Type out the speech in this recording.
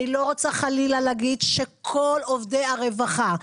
אני לא רוצה חלילה להגיד שכל עובדי הרווחה,